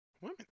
Women